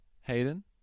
Hayden